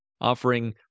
offering